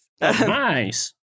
Nice